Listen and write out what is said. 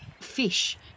fish